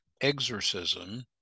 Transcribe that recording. exorcism